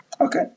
Okay